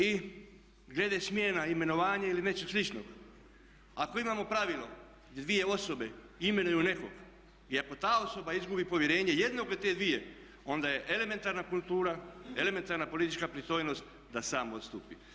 I glede smjena imenovanje ili nešto sličnog, ako imamo pravilo gdje dvije osobe imenuju nekog i ako ta osoba izgubi povjerenje jednog od te dvije, onda je elementarna kultura, elementarna politička pristojnost da sam odstupi.